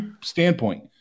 standpoint